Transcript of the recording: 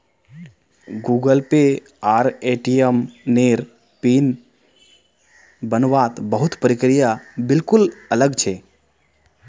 Google Pay आर ATM नेर PIN बन वात बहुत प्रक्रिया बिल्कुल अलग छे